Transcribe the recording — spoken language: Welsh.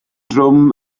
drwm